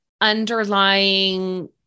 underlying